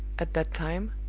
at that time,